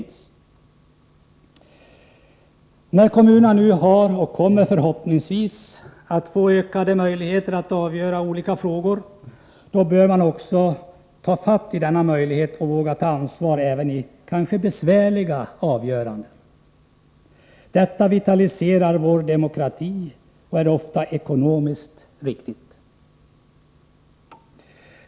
När kommunerna nu har fått och förhoppningsvis kommer att få ytterliga re ökade möjligheter att avgöra olika frågor, bör man också ta fatt i denna möjlighet och våga ta ansvar även i kanske besvärliga avgöranden. Detta vitaliserar vår demokrati och är ofta ekonomiskt riktigt.